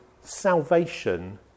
salvation